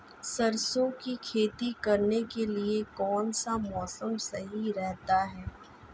सरसों की खेती करने के लिए कौनसा मौसम सही रहता है?